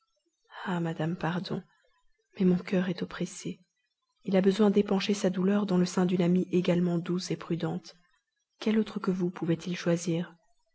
ah madame pardon mais mon cœur est oppressé il a besoin d'épancher sa douleur dans le sein d'une amie également douce et prudente quelle autre que vous pouvait-il choisir